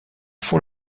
font